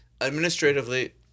administratively